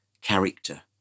character